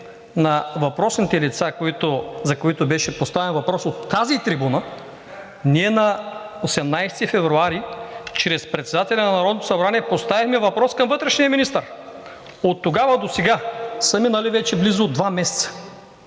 на въпросните лица, за които беше поставен въпрос от тази трибуна, ние на 18 февруари чрез председателя на Народното събрание поставихме въпрос към вътрешния министър. От тогава до сега са минали вече близо два месеца